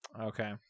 Okay